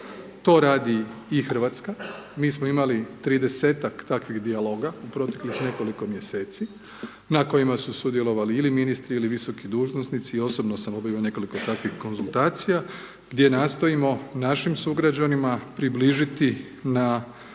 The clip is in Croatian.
To radi i Hrvatska, mi smo imali 30-tak takvih dijaloga u proteklih nekoliko mjeseci, na kojima su sudjelovali ili ministri ili visoki dužnosnici i osobno sam …/Govornik se ne razumije./… nekoliko takvih konzultacija gdje nastojimo našim sugrađanima približiti na